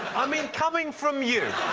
i mean, coming from you!